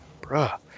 bruh